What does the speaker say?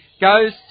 goes